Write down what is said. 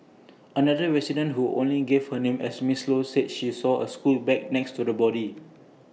another resident who only gave her name as Ms low said she saw A school bag next to the body